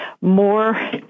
more